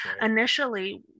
initially